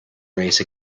race